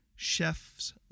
chefs